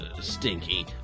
stinky